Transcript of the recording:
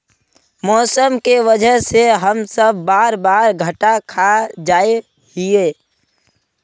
मौसम के वजह से हम सब बार बार घटा खा जाए हीये?